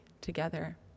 together